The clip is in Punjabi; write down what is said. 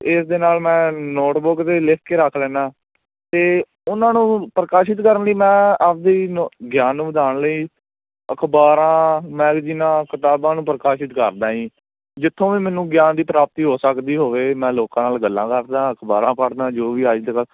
ਇਸ ਦੇ ਨਾਲ ਮੈਂ ਨੋਟਬੁਕ 'ਤੇ ਲਿਖ ਕੇ ਰੱਖ ਲੈਂਦਾ ਅਤੇ ਉਹਨਾਂ ਨੂੰ ਪ੍ਰਕਾਸ਼ਿਤ ਕਰਨ ਲਈ ਮੈਂ ਆਪਣੀ ਨੋ ਗਿਆਨ ਨੂੰ ਵਧਾਉਣ ਲਈ ਅਖ਼ਬਾਰਾਂ ਮੈਗਜ਼ੀਨਾਂ ਕਿਤਾਬਾਂ ਨੂੰ ਪ੍ਰਕਾਸ਼ਿਤ ਕਰਦਾ ਜੀ ਜਿੱਥੋਂ ਵੀ ਮੈਨੂੰ ਗਿਆਨ ਦੀ ਪ੍ਰਾਪਤੀ ਹੋ ਸਕਦੀ ਹੋਵੇ ਮੈਂ ਲੋਕਾਂ ਨਾਲ ਗੱਲਾਂ ਕਰਦਾ ਅਖ਼ਬਾਰਾਂ ਪੜ੍ਹਦਾ ਜੋ ਵੀ ਅੱਜ ਦੇ